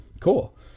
Cool